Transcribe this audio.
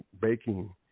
baking